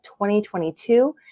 2022